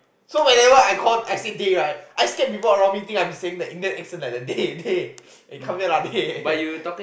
so whenever I call I see dey right I scared people around me think I'm saying the Indian accent like the dey dey eh come here lah dey